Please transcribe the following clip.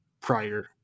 prior